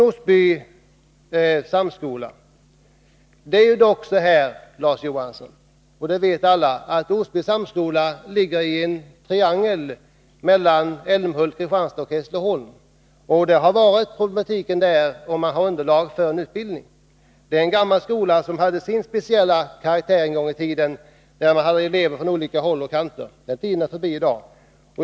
Osby samskola, Larz Johansson, ligger som alla vet mitt i en triangel Älmhult-Kristianstad-Hässleholm. Problematiken har varit att där få underlag för utbildning i Osby samskola. Det är en gammal skola som en gång i tiden hade sin speciella karaktär, då man hade elever från olika delar av landet. Den tiden är nu förbi.